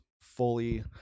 fully